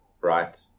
right